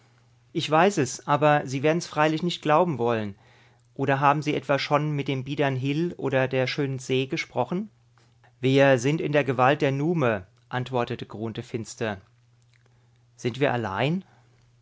ich weiß es aber sie werden's freilich nicht glauben wollen oder haben sie etwa schon mit dem biedern hil oder der schönen se gesprochen wir sind in der gewalt der nume antwortete grunthe finster sind wir allein